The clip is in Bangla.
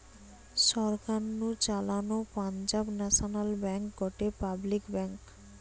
সরকার নু চালানো পাঞ্জাব ন্যাশনাল ব্যাঙ্ক গটে পাবলিক ব্যাঙ্ক